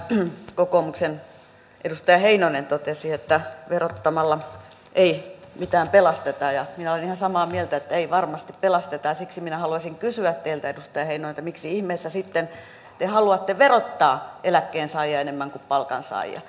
täällä kokoomuksen edustaja heinonen totesi että verottamalla ei mitään pelasteta ja minä olen ihan samaa mieltä että ei varmasti pelasteta ja siksi minä haluaisin kysyä teiltä edustaja heinonen miksi ihmeessä sitten te haluatte verottaa eläkkeensaajia enemmän kuin palkansaajia